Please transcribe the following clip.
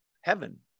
heaven